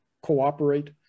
cooperate